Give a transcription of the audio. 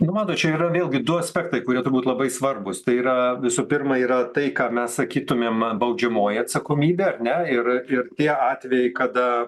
nu matot yra vėlgi du aspektai kurie turbūt labai svarbūs tai yra visų pirma yra tai ką mes sakytumėm baudžiamoji atsakomybė ar ne ir ir tie atvejai kada